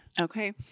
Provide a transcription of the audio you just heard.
Okay